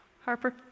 Harper